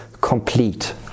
complete